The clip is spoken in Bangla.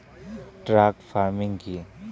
ট্রাক ফার্মিং কি?